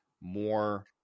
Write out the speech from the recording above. more